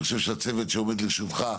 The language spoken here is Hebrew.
אני חשוב שהצוות שעומד לרשותך,